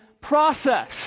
process